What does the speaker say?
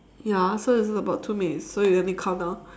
ya so it's about two minutes so you want me to countdown